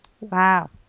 Wow